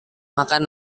makan